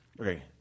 Okay